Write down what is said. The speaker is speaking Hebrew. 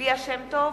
ליה שמטוב,